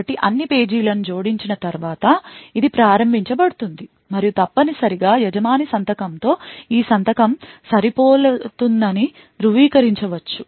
కాబట్టి అన్ని పేజీలను జోడించిన తర్వాత ఇది ప్రారంభించబడుతుంది మరియు తప్పనిసరిగా యజమాని సంతకంతో ఈ సంతకం సరిపోలుతుందని ధృవీకరించవచ్చు